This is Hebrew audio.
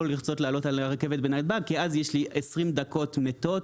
לרצות לעלות על הרכבת בנתב"ג כי אז יש לי 20 דקות מתות,